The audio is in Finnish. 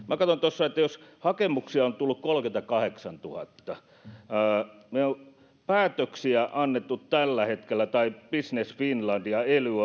katsoin tuossa että hakemuksia on tullut kolmekymmentäkahdeksantuhatta ja olemme päätöksiä antaneet tällä hetkellä business finland ja ely